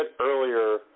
earlier